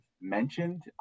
mentioned